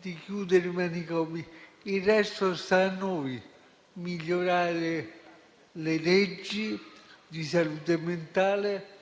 della chiusura dei manicomi. Il resto sta a noi: migliorare le leggi di salute mentale,